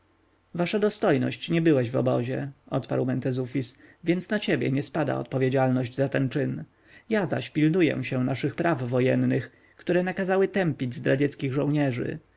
wasza dostojność nie byłeś w obozie odparł mentezufis więc na ciebie nie spada odpowiedzialność za ten czyn ja zaś pilnuję się naszych praw wojennych które nakazują tępić zdradzieckich żołnierzy